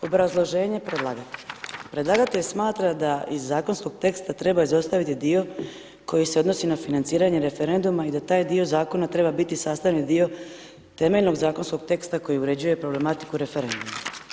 Obrazloženje predlagatelja, predlagatelj smatra da iz zakonskog teksta treba izostaviti dio koji se odnosi na financiranje referenduma i da taj dio zakona treba biti sastavni dio temeljnog zakonskog teksta koji uređuje problematiku referenduma.